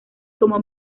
como